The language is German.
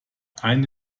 eine